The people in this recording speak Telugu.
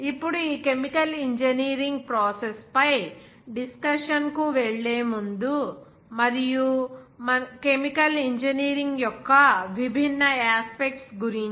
ఇప్పుడు ఈ కెమికల్ ఇంజనీరింగ్ ప్రాసెస్ పై డిస్కషన్ కు వెళ్ళే ముందు మరియు కెమికల్ ఇంజనీరింగ్ యొక్క విభిన్న యాస్పెక్ట్స్ గురించి